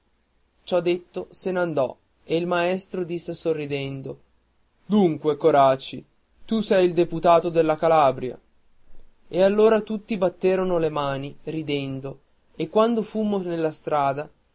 patria ciò detto se n'andò e il maestro disse sorridendo dunque coraci tu sei il deputato della calabria e allora tutti batterono le mani ridendo e quando fummo nella strada